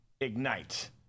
ignite